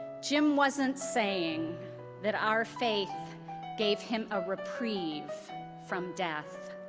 jim wasn't saying that our faith gave him a reprieve from death.